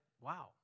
wow